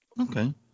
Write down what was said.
Okay